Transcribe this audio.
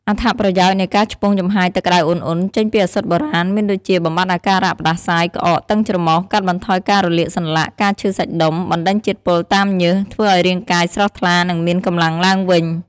អត្ថប្រយោជន៍នៃការឆ្ពង់ចំហាយទឹកក្តៅឧណ្ឌៗចេញពីឱសថបុរាណ មានដូចជា បំបាត់អាការៈផ្តាសាយ ក្អក តឹងច្រមុះ កាត់បន្ថយការរលាកសន្លាក់ ការឈឺសាច់ដុំ បណ្តេញជាតិពុលតាមញើស ធ្វើឲ្យរាងកាយស្រស់ថ្លា និងមានកម្លាំងឡើងវិញ។